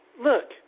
Look